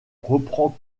reprend